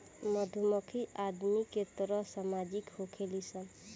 मधुमक्खी आदमी के तरह सामाजिक होखेली सन